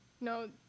No